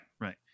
Right